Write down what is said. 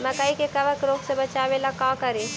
मकई के कबक रोग से बचाबे ला का करि?